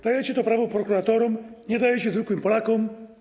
Dajecie to prawo prokuratorom, nie dajecie zwykłym Polakom.